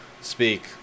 speak